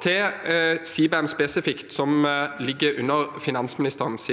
til CBAM spesifikt, som ligger under finansministerens